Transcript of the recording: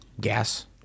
gas